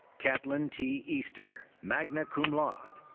katlyn t. easter, magna cum laude.